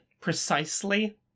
precisely